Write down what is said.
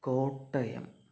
Kottayam